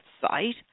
site